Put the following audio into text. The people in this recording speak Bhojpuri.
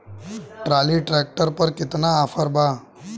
ट्राली ट्रैक्टर पर केतना ऑफर बा?